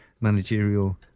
managerial